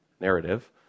narrative